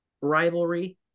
rivalry